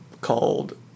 called